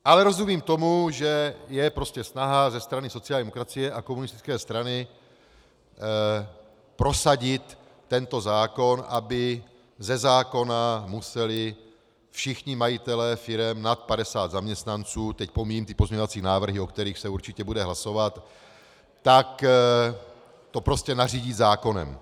Ale rozumím tomu, že je prostě snaha ze strany sociální demokracie a komunistické strany prosadit tento zákon, aby ze zákona museli všichni majitelé firem nad 50 zaměstnanců teď pomíjím ty pozměňovací návrhy, o kterých se určitě bude hlasovat tak to prostě nařídí zákonem.